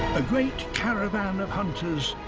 a great caravan of hunters,